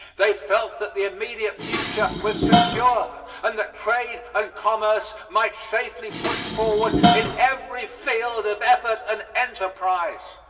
they felt that the immediate future was secure, and that trade and commerce might safely push forward in every field of effort and enterprise.